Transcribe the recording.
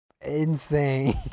insane